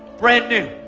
brand new.